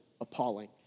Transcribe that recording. appalling